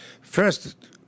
First